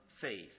faith